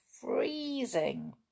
freezing